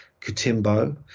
Kutimbo